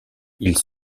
ils